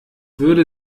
würde